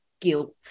guilt